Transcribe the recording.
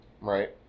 right